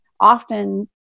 often